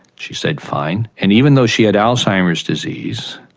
she said, fine. and even though she had alzheimer's disease,